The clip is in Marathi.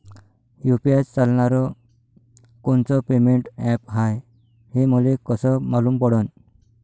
यू.पी.आय चालणारं कोनचं पेमेंट ॲप हाय, हे मले कस मालूम पडन?